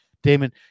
Damon